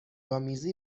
آمیزی